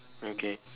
okay